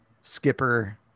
skipper